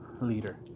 leader